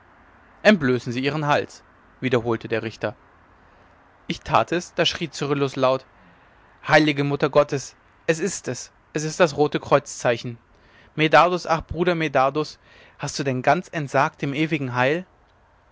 entblößen sie ihren hals wiederholte der richter ich tat es da schrie cyrillus laut heilige mutter gottes es ist es es ist das rote kreuzzeichen medardus ach bruder medardus hast du denn ganz entsagt dem ewigen heil